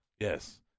Yes